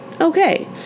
Okay